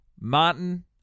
Martin